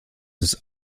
ist